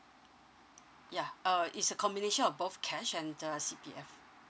yeah uh is a combination of both cash and uh C_P_F